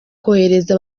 kohereza